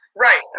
right